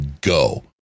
go